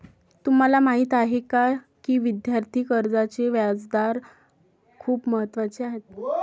तुम्हाला माहीत आहे का की विद्यार्थी कर्जाचे व्याजदर खूप महत्त्वाचे आहेत?